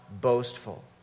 boastful